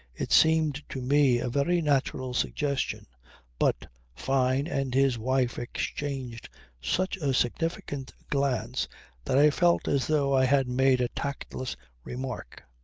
it seemed to me a very natural suggestion but fyne and his wife exchanged such a significant glance that i felt as though i had made a tactless remark.